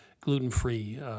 gluten-free